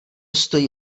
stojí